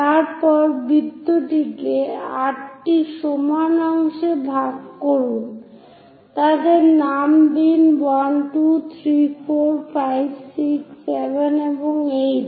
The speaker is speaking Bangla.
তারপর বৃত্তটিকে 8 সমান অংশে ভাগ করুন তাদের নাম দিন 1 2 3 4 5 6 7 এবং 8